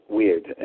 weird